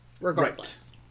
regardless